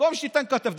במקום שתיתן כתף,